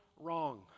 wrong